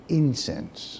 incense